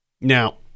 Now